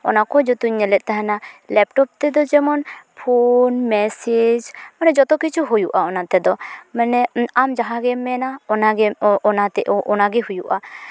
ᱚᱱᱟᱠᱚ ᱡᱚᱛᱚᱧ ᱧᱮᱞᱮᱫ ᱛᱟᱦᱮᱱᱟ ᱞᱮᱯᱴᱚᱯ ᱛᱮᱫᱚ ᱡᱮᱢᱚᱱ ᱯᱷᱳᱱ ᱢᱮᱥᱮᱡᱽ ᱢᱟᱱᱮ ᱡᱚᱛᱚ ᱠᱤᱪᱷᱩ ᱦᱩᱭᱩᱜᱼᱟ ᱚᱱᱟ ᱛᱮᱫᱚ ᱢᱟᱱᱮ ᱟᱢ ᱡᱟᱦᱟᱸᱜᱮᱢ ᱢᱮᱱᱟ ᱚᱱᱟᱜᱮ ᱚᱱᱟᱛᱮ ᱚᱱᱟᱜᱮ ᱦᱩᱭᱩᱜᱼᱟ